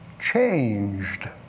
changed